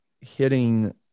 hitting